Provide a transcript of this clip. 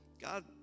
God